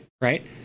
right